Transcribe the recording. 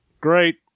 great